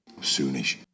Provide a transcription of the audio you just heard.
Soonish